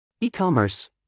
E-commerce